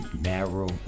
narrow